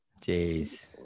Jeez